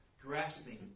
grasping